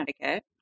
Connecticut